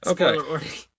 Okay